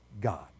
God